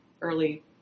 early